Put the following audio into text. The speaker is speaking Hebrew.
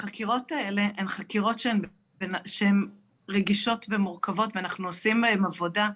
החקירות האלה הן חקירות שהן רגישות ומורכבות ואנחנו עושים בהן עבודה.